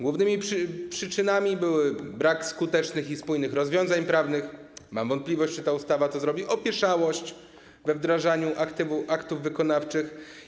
Głównymi przyczynami były brak skutecznych i spójnych rozwiązań prawnych - mam wątpliwość, czy ta ustawa je zawiera - opieszałość we wdrażaniu aktów wykonawczych.